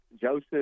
Joseph